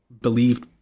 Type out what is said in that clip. believed